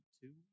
two